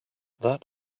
that